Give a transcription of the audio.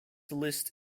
list